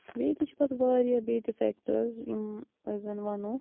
بیٚیہِ تہِ چھِ پَتہٕ واریاہ بیٚیہِ تہِ فیٚکٹٲرٕز یِم أسۍ زَن وَنو